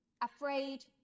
Afraid